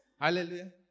Hallelujah